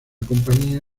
compañía